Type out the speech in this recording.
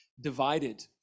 divided